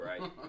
Right